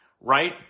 right